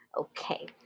Okay